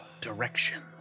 direction